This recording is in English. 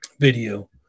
video